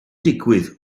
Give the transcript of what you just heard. digwydd